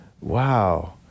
Wow